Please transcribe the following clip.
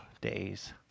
days